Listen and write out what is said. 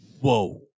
Whoa